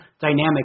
dynamic